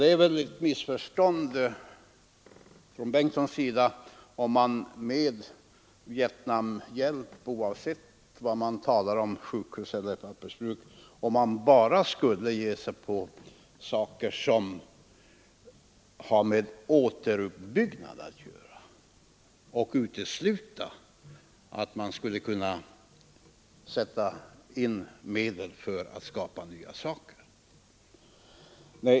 Det måste vara ett missförstånd från herr Bengtsons sida att Vietnamhjälp — oavsett om hjälpen avser sjukhus eller pappersbruk — bara skall ha med återuppbyggnad att göra och helt utesluta nyskapande.